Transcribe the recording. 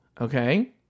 okay